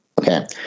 Okay